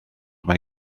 mae